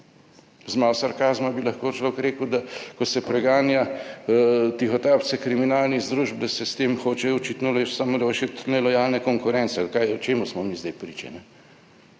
Z malo sarkazma bi lahko človek rekel, da, ko se preganja tihotapce kriminalnih združb, da se s tem hočejo očitno samo ločiti nelojalne konkurence ali kaj, o čemur smo mi zdaj priča.